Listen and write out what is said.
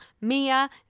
Mia